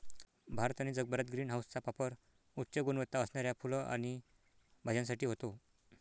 भारत आणि जगभरात ग्रीन हाऊसचा पापर उच्च गुणवत्ता असणाऱ्या फुलं आणि भाज्यांसाठी होतो